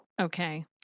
Okay